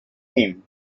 him